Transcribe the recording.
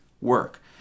work